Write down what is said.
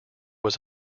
was